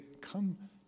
come